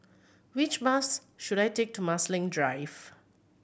which bus should I take to Marsiling Drive